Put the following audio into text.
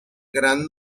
grant